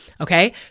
Okay